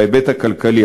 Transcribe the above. בהיבט הכלכלי.